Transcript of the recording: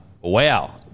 Wow